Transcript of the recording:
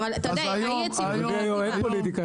אתה יודע האי יציבות --- אתה יודע שאין פוליטיקה,